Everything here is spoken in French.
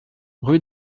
rue